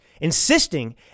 Insisting